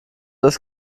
das